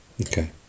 okay